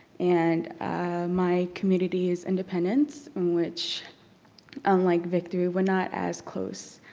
and my community is independence in which unlike victory, we're not as close.